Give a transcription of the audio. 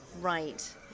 Right